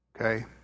Okay